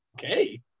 okay